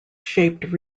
shaped